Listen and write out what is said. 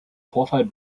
vorfall